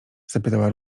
zapytała